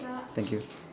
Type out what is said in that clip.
thank you